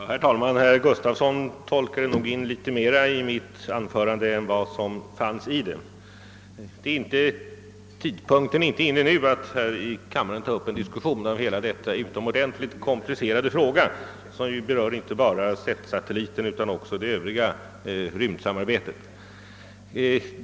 Herr talman! Herr Gustafson i Göteporg tolkar nog in litet mera i mitt anförande än vad som fanns däri. Tidpunkten är inte nu inne för att här i kammaren ta upp en diskussion av denna utomordentligt komplicerade fråga som berör inte bara CETS-satelliten utan också det övriga rymdsamarbetet.